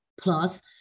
Plus